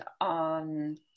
on